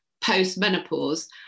post-menopause